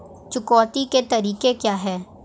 चुकौती के तरीके क्या हैं?